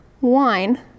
wine